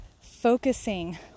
focusing